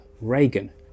Reagan